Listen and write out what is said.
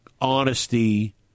honesty